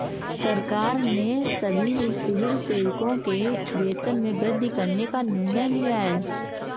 सरकार ने सभी सिविल सेवकों के वेतन में वृद्धि करने का निर्णय लिया है